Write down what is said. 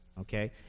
Okay